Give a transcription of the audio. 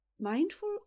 Mindful